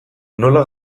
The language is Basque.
nola